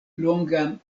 longan